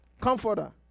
Comforter